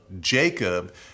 Jacob